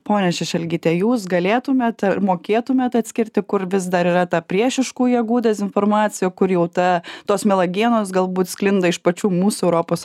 ponia šešelgyte jūs galėtumėt mokėtumėt atskirti kur vis dar yra ta priešiškų jėgų dezinformacija o kur jau ta tos melagienos galbūt sklinda iš pačių mūsų europos